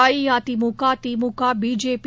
AIADMK DMK BJP